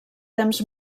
temps